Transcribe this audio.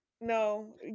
No